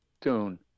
tune